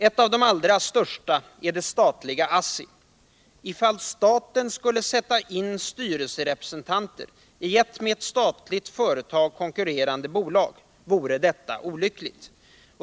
Ett av de allra största är det statliga ASSI. Ifall staten skulle sätta in styrelserepresentanter i ett med ett statligt företag konkurrerande bolag vore detta olyckligt.